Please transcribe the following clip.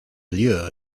lure